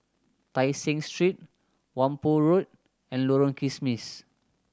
Tai Seng Street Whampoa Road and Lorong Kismis